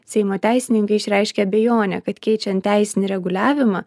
seimo teisininkai išreiškė abejonę kad keičiant teisinį reguliavimą